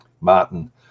Martin